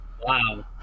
wow